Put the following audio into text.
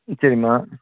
சரிம்மா